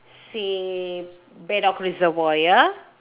say bedok reservoir ya